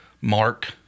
Mark